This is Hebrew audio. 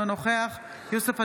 אינו נוכח יוסף עטאונה,